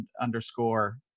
underscore